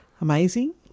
amazing